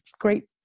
great